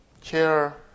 chair